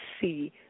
see